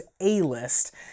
A-List